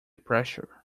pressure